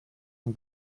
von